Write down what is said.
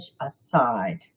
aside